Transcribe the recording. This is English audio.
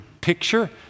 picture